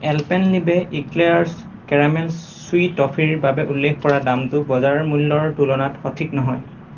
Alpenliebe eclairs caramel chewy টফিৰ বাবে উল্লেখ কৰা দামটো বজাৰ মূল্যৰ তুলনাত সঠিক নহয়